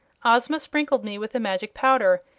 ozma sprinkled me with a magic powder,